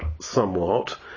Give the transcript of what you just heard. somewhat